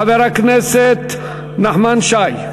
חבר הכנסת נחמן שי,